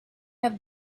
have